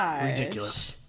ridiculous